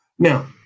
Now